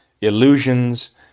illusions